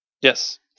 Yes